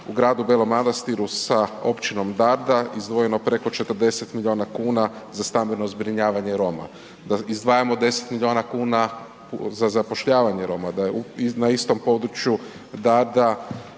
U gradu Belom Manastiru sa općinom Darda izdvojeno preko 40 milijuna kuna za stambeno zbrinjavanje Roma. Da izdvajamo 10 milijuna kuna za zapošljavanje Roma, da je na istom području Darda